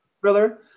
thriller